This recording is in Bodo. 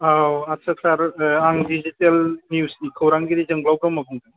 औ आच्चा सार आं डिजिटेल निउसनि खौरांगिरि जोंब्लाव ब्रम्ह बुंदों